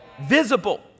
visible